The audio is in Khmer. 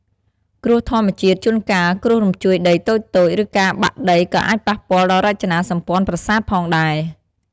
គ្រោះធម្មជាតិ ជួនកាលគ្រោះរញ្ជួយដីតូចៗ ឬការបាក់ដីក៏អាចប៉ះពាល់ដល់រចនាសម្ព័ន្ធប្រាសាទផងដែរ។